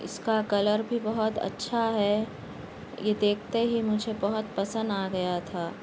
اس کا کلر بھی بہت اچھا ہے یہ دیکھتے ہی مجھے بہت پسند آ گیا تھا